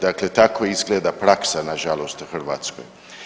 Dakle, tako izgleda praksa nažalost u Hrvatskoj.